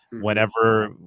Whenever